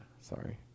Sorry